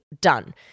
done